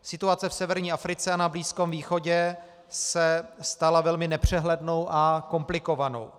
Situace v severní Africe a na Blízkém východě se stala velmi nepřehlednou a komplikovanou.